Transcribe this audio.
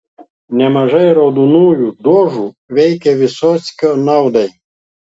nemažai raudonųjų dožų veikė vysockio naudai